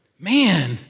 Man